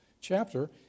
chapter